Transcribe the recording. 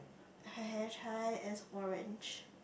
her hair tie is orange